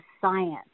science